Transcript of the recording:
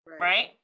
right